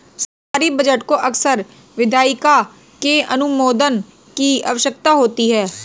सरकारी बजट को अक्सर विधायिका के अनुमोदन की आवश्यकता होती है